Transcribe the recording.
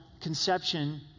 conception